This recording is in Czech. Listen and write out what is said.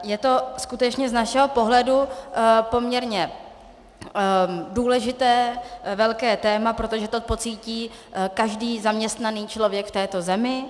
Je to skutečně z našeho pohledu poměrně důležité velké téma, protože to pocítí každý zaměstnaný člověk v této zemi.